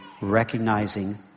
recognizing